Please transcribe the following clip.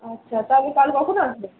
আচ্ছা তাহলে কাল কখন আসবেন